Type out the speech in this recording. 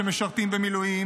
שמשרתים במילואים,